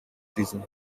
season